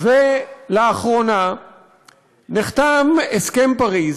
ולאחרונה נחתם הסכם פריז,